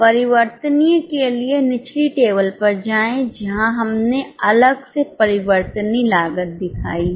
परिवर्तनीय के लिए निचली टेबल पर जाएं जहां हमने अलग से परिवर्तनीय लागत दिखाई है